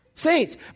Saints